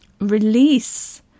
release